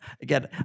again